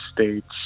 States